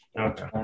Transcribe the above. Okay